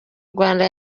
rwanda